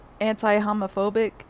anti-homophobic